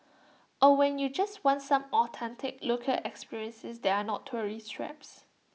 or when you just want some authentic local experiences that are not tourist traps